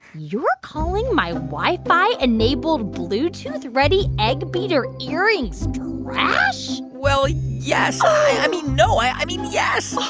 you're calling my wi-fi-enabled bluetooth-ready egg beater earrings trash? well, yes. i mean, no. i mean, yes.